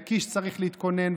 וקיש צריך להתכונן,